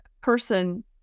person